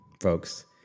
folks